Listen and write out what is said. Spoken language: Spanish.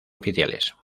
oficiales